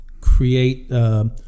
create